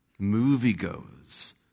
moviegoers